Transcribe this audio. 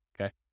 okay